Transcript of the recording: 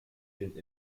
den